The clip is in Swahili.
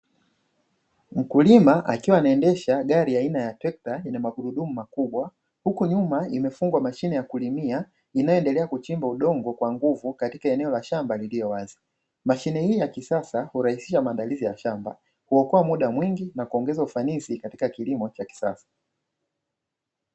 Mkulima akiwa anaendesha gari aina ya trekta yenye magurudumu makubwa, huku nyuma imefungwa mashine ya kulimia, inayoendelea kuchimba udongo kwa nguvu katika eneo la shamba lililo wazi. Mashine hii ya kisasa hurahisisha maandalizi ya shamba, huokoa muda mwingi na kuongeza ufanisi katika kilimo cha kisasa.